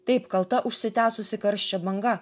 taip kalta užsitęsusi karščio banga